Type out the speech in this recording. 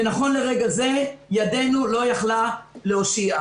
ונכון לרגע זה ידנו לא יכלה להושיע.